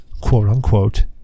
quote-unquote